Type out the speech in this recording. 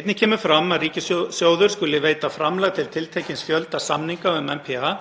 Einnig kemur fram að ríkissjóður skuli veita framlag til tiltekins fjölda samninga um NPA